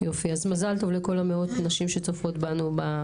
אז מזל טוב לכל הנשים שצופות בנו.